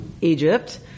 Egypt